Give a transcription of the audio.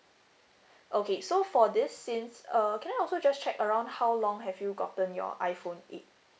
okay so for this since uh can I also just check around how long have you gotten your iPhone eight